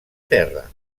terra